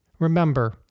Remember